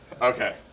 Okay